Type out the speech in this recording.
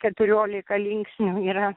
keturiolika linksnių yra